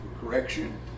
correction